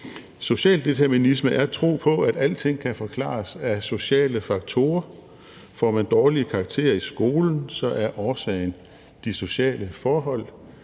Socialdeterminisme er en tro på, at alting kan forklares af sociale faktorer. Får man dårlige karakterer i skolen, er årsagen de sociale forhold,